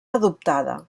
adoptada